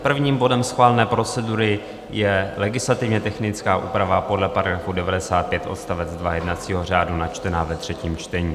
Prvním bodem schválené procedury je legislativně technická úprava podle § 95 odst. 2 jednacího řádu, načtená ve třetím čtení.